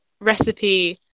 recipe